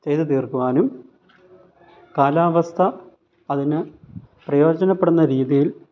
ചെയ്ത് തീർക്കുവാനും കാലാവസ്ഥ അതിന് പ്രയോജനപ്പെടുന്ന രീതിയിൽ